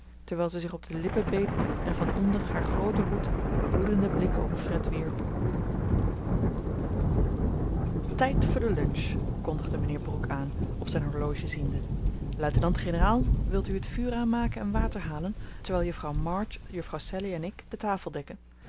terwijl ze zich op de lippen beet en van onder haar grooten hoed woedende blikken op fred wierp tijd voor de lunch kondigde mijnheer brooke aan op zijn horloge ziende luitenant-generaal wilt u het vuur aanmaken en water halen terwijl juffrouw march juffrouw sallie en ik de tafel dekken